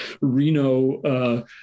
Reno